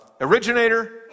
originator